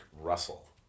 Russell